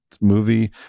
movie